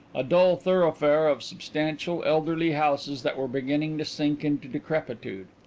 a dull thoroughfare of substantial, elderly houses that were beginning to sink into decrepitude.